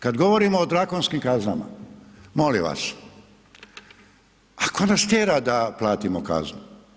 Kad govorimo o drakonskim kaznama, molim vas, a tko nas tjera da platimo kaznu?